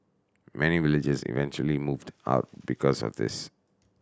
many villagers eventually moved out because of this